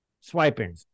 swiping